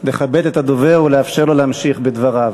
לכבד את הדובר ולאפשר לו להמשיך בדבריו.